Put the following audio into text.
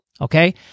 okay